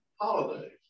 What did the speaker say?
Holidays